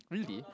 only